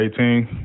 2018